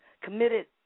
committed